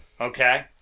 Okay